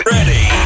Ready